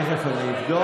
תכף אני אבדוק.